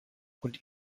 und